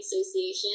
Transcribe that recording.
Association